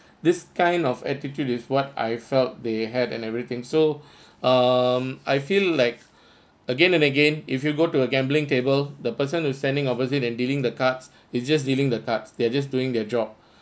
this kind of attitude is what I felt they had and everything so um I feel like again and again if you go to a gambling table the person who standing opposite and dealing the cards he just dealing the cards they're just doing their job